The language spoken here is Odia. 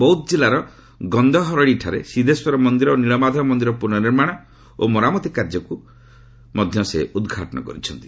ବୌଦ୍ଧ ଜିଲ୍ଲାର ଗନ୍ଧହରଡ଼ିଠାରେ ସିଦ୍ଧେଶ୍ୱର ମନ୍ଦିର ଓ ନୀଳମାଧବ ମନ୍ଦିରର ପୁନଃନିର୍ମାଣ ଓ ମରାମତି କାର୍ଯ୍ୟକୁ ମଧ୍ୟ ଶ୍ରୀ ମୋଦି ଉଦ୍ଘାଟନ କରିଛନ୍ତି